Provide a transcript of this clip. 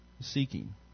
seeking